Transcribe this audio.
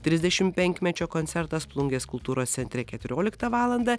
trisdešim penkmečio koncertas plungės kultūros centre keturioliktą valandą